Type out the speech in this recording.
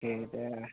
দে এতিয়া